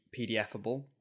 PDFable